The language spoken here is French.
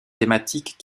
thématiques